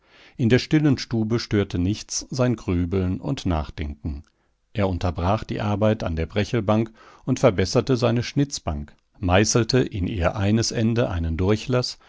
in der stillen stube störte nichts sein grübeln und nachdenken er unterbrach die arbeit an der brechelbank und verbesserte seine schnitzbank meißelte in ihr eines ende einen